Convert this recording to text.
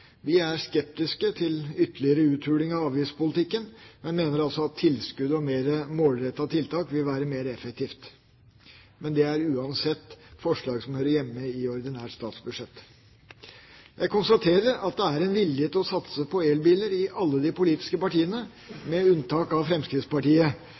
Vi er skeptiske til ytterligere uthuling av avgiftspolitikken, men mener altså at tilskudd og mer målrettede tiltak vil være mer effektivt. Men det er uansett forslag som hører hjemme i ordinært statsbudsjett. Jeg konstaterer at det er en vilje til å satse på elbiler i alle de politiske